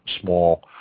small